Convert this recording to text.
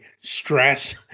stress